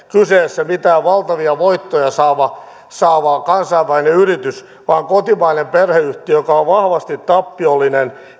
kyseessä mikään valtavia voittoja saava saava kansainvälinen yritys vaan kotimainen perheyhtiö joka on vahvasti tappiollinen